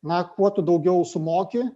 na kuo tu daugiau sumoki